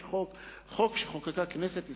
יש חוק שחוקקה כנסת ישראל,